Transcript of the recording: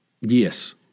Yes